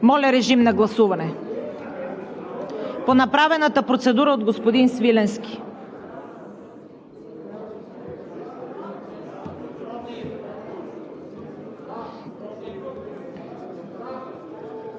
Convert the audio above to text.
Моля, режим на гласуване по направената процедура от господин Свиленски.